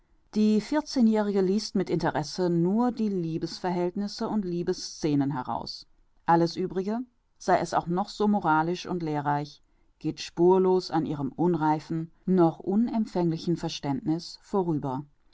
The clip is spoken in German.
die vierzehnjährige liest mit interesse nur die liebesverhältnisse und liebesscenen heraus alles uebrige sei es auch noch so moralisch und lehrreich geht spurlos an ihrem unreifen noch unempfänglichen verständniß vorüber